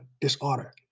disorder